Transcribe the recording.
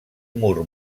mur